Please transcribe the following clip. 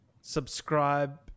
subscribe